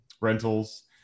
rentals